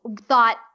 thought